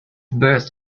burst